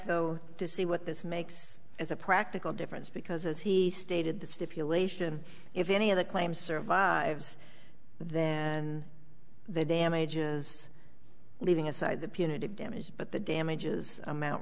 back to see what this makes as a practical difference because as he stated the stipulation if any of the claim survives then the damages leaving aside the punitive damages but the damages amount